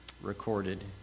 recorded